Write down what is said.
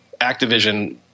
Activision